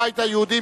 הבית היהודי,